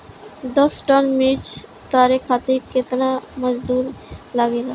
दस टन मिर्च उतारे खातीर केतना मजदुर लागेला?